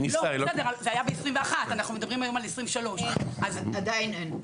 זה היה ב-2021; אנחנו מדברים היום על 2023. עדיין אין.